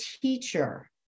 teacher